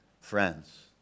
friends